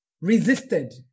resisted